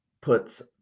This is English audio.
puts